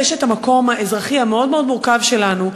יש המקום האזרחי המאוד-מאוד מורכב שלנו,